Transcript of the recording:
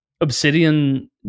Obsidian